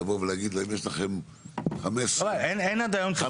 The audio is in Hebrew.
לבוא ולהגיד יש לכם 15 בודיז,